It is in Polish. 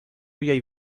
jej